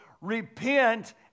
Repent